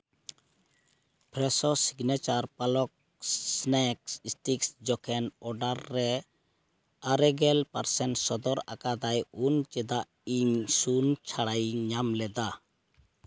Fresho Signature palak snack sticks ᱡᱚᱠᱷᱮᱡ order ᱨᱮ ᱟᱨᱮ ᱜᱮᱞ ᱯᱟᱨᱥᱮᱱ ᱥᱚᱫᱚᱨ ᱟᱠᱟᱫᱟᱭ ᱩᱱ ᱪᱮᱫᱟᱜ ᱤᱧ ᱤᱧ ᱥᱩᱱ ᱪᱷᱟᱲᱟᱭᱤᱧ ᱧᱟᱢ ᱞᱮᱫᱟ